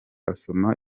asoma